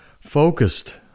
focused